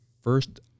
first